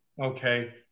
Okay